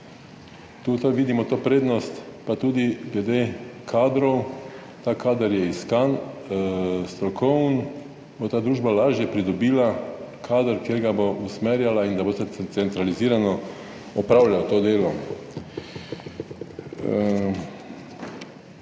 tu vidimo to prednost. Pa tudi glede kadrov, ta kader je iskan, strokoven, bo ta družba lažje pridobila kader, ker ga bo usmerjala in da bo centralizirano opravljal to delo.